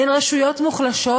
הן רשויות מוחלשות,